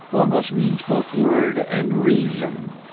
logos means both word and reason,